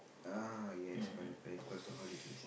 ah yes correct correct cause the holidays